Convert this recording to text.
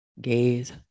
gaze